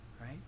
right